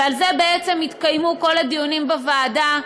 ועל זה בעצם התקיימו כל הדיונים בוועדה.